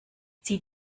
zieh